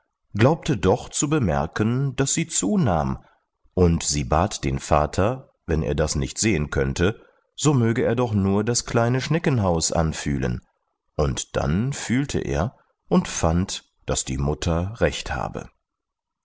glaubte doch zu bemerken daß sie zunahm und sie bat den vater wenn er das nicht sehen könnte so möge er doch nur das kleine schneckenhaus anfühlen und dann fühlte er und fand daß die mutter recht habe